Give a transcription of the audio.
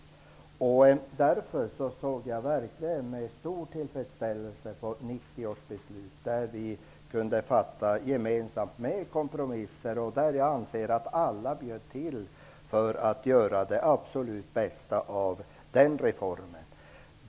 Därför såg jag verkligen med stor tillfredsställse på 1990 års beslut, som vi kunde fatta gemensamt och som innebar kompromisser; jag anser att alla bjöd till för att göra det absolut bästa av den reformen.